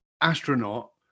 astronaut